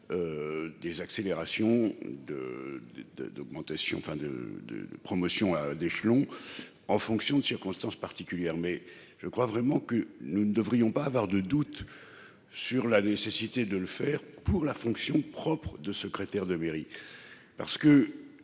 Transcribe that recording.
de de promotion d'échelon en fonction de circonstances particulières mais je crois vraiment que nous ne devrions pas avoir de doute. Sur la nécessité de le faire pour la fonction propres de secrétaire de mairie parce que.